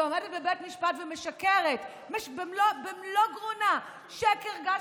עומדת בבית משפט ומשקרת במלוא גרונה שקר גס,